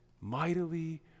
mightily